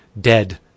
dead